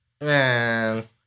man